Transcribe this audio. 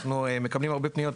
אנחנו מקבלים הרבה פניות,